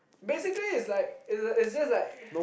basically is like is is just like